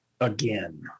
again